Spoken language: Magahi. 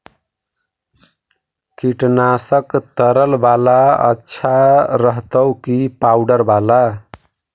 कीटनाशक तरल बाला अच्छा रहतै कि पाउडर बाला?